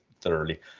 thoroughly